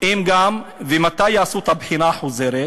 היא אם יעשו את הבחינה החוזרת